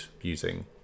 using